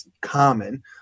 common